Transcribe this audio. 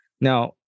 Now